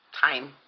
time